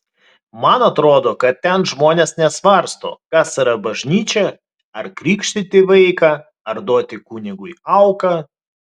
man atrodo kad ten žmonės nesvarsto kas yra bažnyčia ar krikštyti vaiką ar duoti kunigui auką